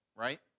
right